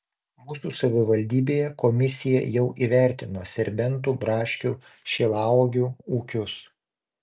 mūsų savivaldybėje komisija jau įvertino serbentų braškių šilauogių ūkius